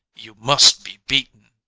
you must be beaten.